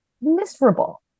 miserable